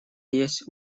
есть